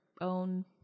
own